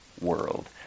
world